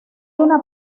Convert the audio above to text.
una